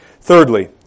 Thirdly